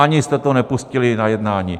Ani jste to nepustili na jednání.